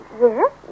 Yes